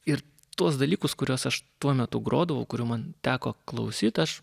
ir tuos dalykus kuriuos aš tuo metu grodavau kurių man teko klausyt aš